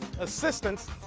assistance